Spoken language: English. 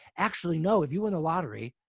actually, no, if you and lottery,